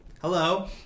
Hello